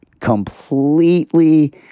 completely